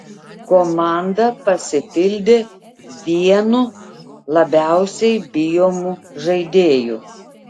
komanda pasipildė vienu labiausiai bijomų žaidėjų